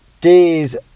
days